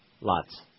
Lots